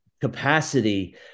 capacity